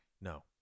No